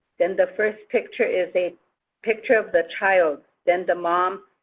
then the first picture is a picture of the child. then the mom,